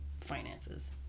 finances